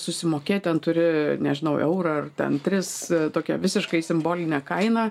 susimokėt ten turi nežinau eurą ar ten tris tokią visiškai simbolinę kainą